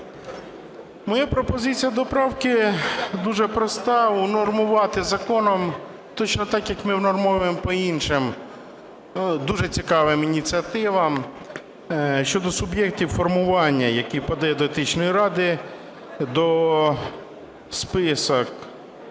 Моя пропозиція до правки дуже проста: унормувати законом, точно так, як ми унормовуємо по іншим, дуже цікавим ініціативам щодо суб'єктів формування, які подає до Етичної ради список,